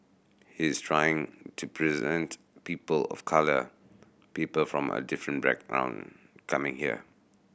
he's trying to present people of colour people from a different background coming here